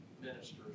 ministers